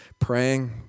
praying